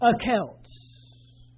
accounts